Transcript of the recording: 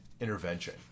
intervention